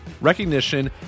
recognition